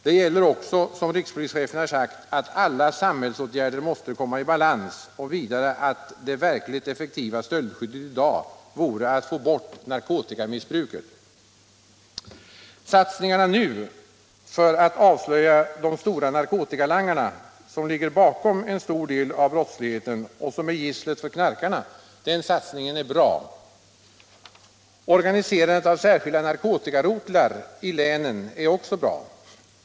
Det gäller också, som rikspolischefen har sagt, att alla samhällsåtgärder måste komma i balans och vidare att det verkligt effektiva stöldskyddet i dag vore att få bort narkotikamissbruket. Satsningarna nu för att avslöja de stora narkotikalangarna, som ligger bakom en stor del av brottsligheten och som är gisslet för knarkarna, är bra. Organiserandet av särskilda narkotikarotlar i länen är också bra.